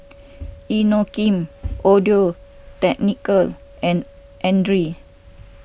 Inokim Audio Technica and andre